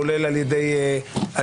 כולל על ידי הממשלה,